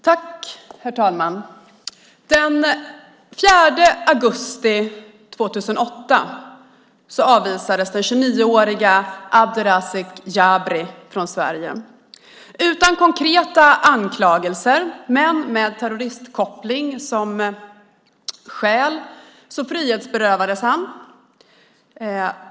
Herr talman! Den 4 augusti 2008 avvisades 29-årige Abdrazzak Jabri från Sverige. Utan konkreta anklagelser men med terroristkoppling som skäl frihetsberövades han.